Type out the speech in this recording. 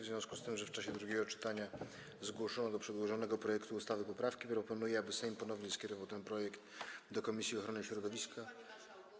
W związku z tym, że w czasie drugiego czytania zgłoszono do przedłożonego projektu ustawy poprawki, proponuję, aby Sejm ponownie skierował ten projekt do Komisji Ochrony Środowiska.